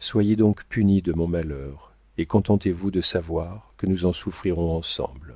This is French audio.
soyez donc puni de mon malheur et contentez-vous de savoir que nous en souffrirons ensemble